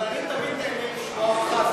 אבל אני תמיד נהנה לשמוע אותך,